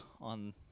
on